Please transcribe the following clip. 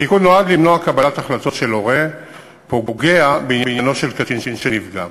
התיקון נועד למנוע קבלת החלטות של הורה פוגע בעניינו של קטין שנפגע.